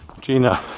Gina